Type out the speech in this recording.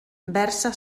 versa